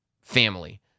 family